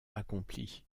accomplie